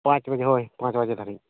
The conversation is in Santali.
ᱯᱟᱸᱪ ᱵᱟᱡᱮ ᱦᱳᱭ ᱯᱟᱸᱪ ᱵᱟᱡᱮ ᱫᱷᱟᱹᱨᱤᱡ